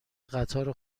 قطار